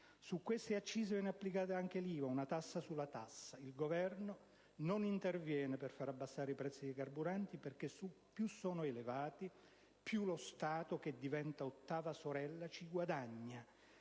Su queste accise viene applicata anche l'IVA, una tassa sulla tassa. Il Governo non interviene per far abbassare i prezzi dei carburanti, perché più essi sono elevati più lo Stato, che diventa l'«ottava sorella», ci guadagna,